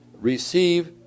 receive